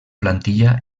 plantilla